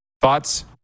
Thoughts